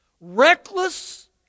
Reckless